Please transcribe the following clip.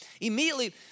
immediately